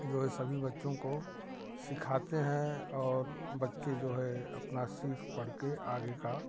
जो सभी बच्चों को सिखाते हैं और बच्चे जो है अपना सीख पढ़ कर आगे का